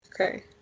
Okay